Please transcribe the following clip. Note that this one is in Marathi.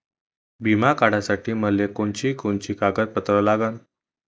बिमा काढासाठी मले कोनची कोनची कागदपत्र लागन?